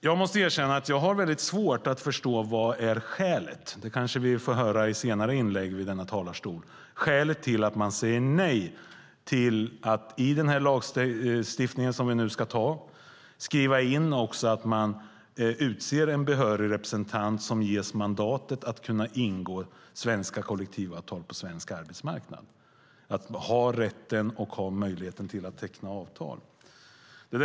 Jag måste erkänna att jag har väldigt svårt att förstå skälet till att man säger nej till att skriva in i den lagstiftning som vi nu ska anta att en behörig representant ska utses som ges mandat att ingå svenska kollektivavtal på svensk arbetsmarknad. Men det får vi kanske höra i senare inlägg från denna talarstol.